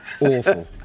Awful